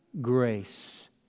grace